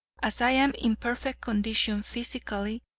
as i am in perfect condition physically,